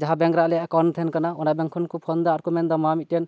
ᱡᱟᱦᱟᱸ ᱵᱮᱝᱠ ᱨᱮ ᱟᱞᱮᱭᱟᱜ ᱟᱠᱟᱩᱱᱴ ᱛᱟᱦᱮᱸᱱ ᱠᱟᱱᱟ ᱚᱱᱟ ᱵᱮᱝᱠ ᱠᱷᱚᱱ ᱠᱚ ᱯᱷᱳᱱ ᱮᱫᱟ ᱟᱨ ᱠᱚ ᱢᱮᱱ ᱮᱫᱟ ᱢᱟ ᱢᱤᱫᱴᱮᱱ